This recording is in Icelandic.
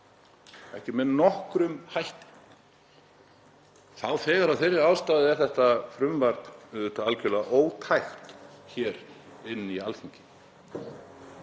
ekki með nokkrum hætti. Þá þegar af þeirri ástæðu er þetta frumvarp auðvitað algerlega ótækt hér inni á Alþingi.